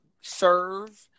serve